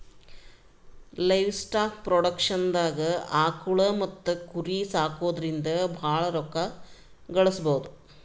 livestock ಪ್ರೊಡಕ್ಷನ್ದಾಗ್ ಆಕುಳ್ ಮತ್ತ್ ಕುರಿ ಸಾಕೊದ್ರಿಂದ ಭಾಳ್ ರೋಕ್ಕಾ ಗಳಿಸ್ಬಹುದು